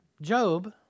Job